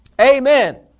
Amen